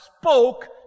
spoke